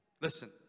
Listen